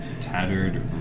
tattered